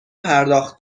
پرداخت